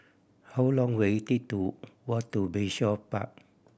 how long will it take to walk to Bayshore Park